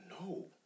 No